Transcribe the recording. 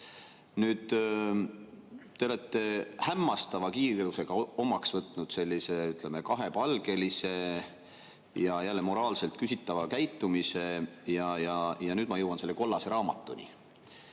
Te olete hämmastava kiirusega omaks võtnud sellise kahepalgelise ja moraalselt küsitava käitumise. Ja nüüd ma jõuan selle kollase raamatuni.